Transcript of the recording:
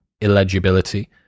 illegibility